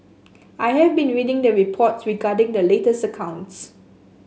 I have been reading the reports regarding the latest accounts